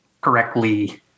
correctly